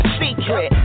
secret